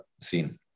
scene